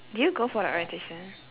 did you go for your orientation